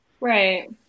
Right